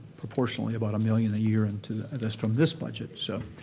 proportionally about a million year, and at least from this budget. so